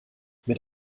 mit